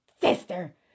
sister